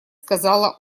сказала